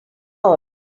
all